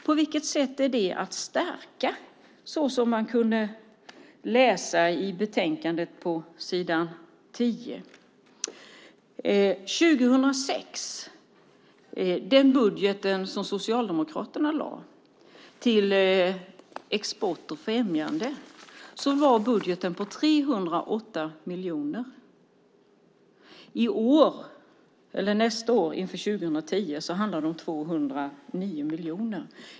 På vilket sätt är det att stärka, som man kunde läsa i betänkandet på s. 10? I budgeten som Socialdemokraterna lade fram 2006 fanns en budget för export och främjande som var på 308 miljoner. I budgeten 2010 handlar det om 209 miljoner.